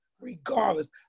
regardless